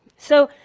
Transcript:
so,